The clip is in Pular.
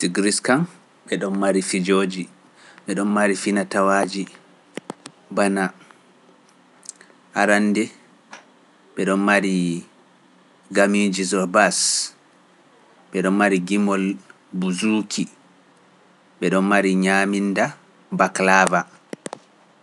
Greece kam ɓe ɗon mari pijooji, ɓe ɗon mari fina-tawaaji bana, arannde ɓe ɗon mari gameeji zorbaas, ɓe ɗon mari gimol buzuuti, ɓe ɗon mari nyaaminnda baklaaba.